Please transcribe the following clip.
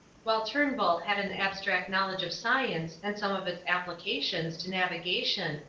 while turnbull had an abstract knowledge of science and some of its applications to navigation,